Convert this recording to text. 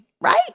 right